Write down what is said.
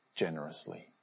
generously